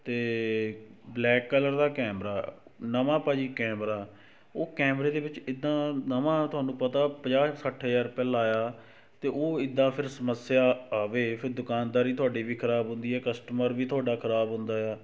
ਅਤੇ black colour ਦਾ camera ਨਵਾਂ ਭਾਜੀ ਕੈਮਰਾ ਉਹ ਕੈਮਰੇ ਦੇ ਵਿੱਚ ਇੱਦਾਂ ਨਵਾਂ ਤੁਹਾਨੂੰ ਪਤਾ ਪੰਜਾਹ ਸੱਠ ਹਜ਼ਾਰ ਰੁਪਇਆ ਲਾਇਆ ਅਤੇ ਉਹ ਇੱਦਾਂ ਫਿਰ ਸਮੱਸਿਆ ਆਵੇ ਫਿਰ ਦੁਕਾਨਦਾਰੀ ਤੁਹਾਡੀ ਵੀ ਖ਼ਰਾਬ ਹੁੰਦੀ ਹੈ ਕਸਟਮਰ ਵੀ ਤੁਹਾਡਾ ਖ਼ਰਾਬ ਹੁੰਦਾ ਆ